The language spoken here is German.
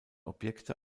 objekte